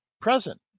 present